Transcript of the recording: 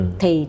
thì